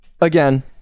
again